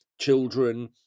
children